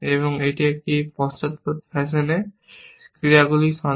এটি একটি পশ্চাৎপদ ফ্যাশনে ক্রিয়াগুলির সন্ধান করে